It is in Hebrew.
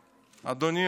אדוני השר,